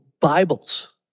Bibles